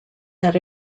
that